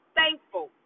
thankful